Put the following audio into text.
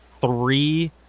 three